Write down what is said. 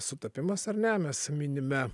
sutapimas ar ne mes minime